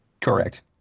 Correct